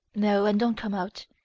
no and don't come out,